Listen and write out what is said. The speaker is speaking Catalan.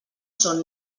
són